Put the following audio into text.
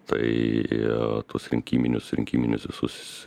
tai tuos rinkiminius rinkiminius visus